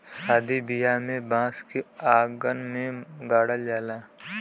सादी बियाह में बांस के अंगना में गाड़ल जाला